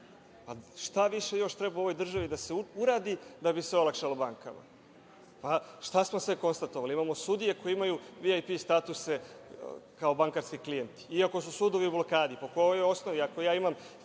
više još treba u ovoj državi da se uradi da bi se olakšalo bankama? Šta smo se konstatovali? Imamo sudije koji imaju VIP statuse kao bankarski klijenti, iako su sudovi u blokadi. Po ovoj osnovi, ako ja imam